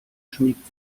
schmiegt